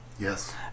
Yes